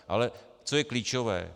Ale co je klíčové.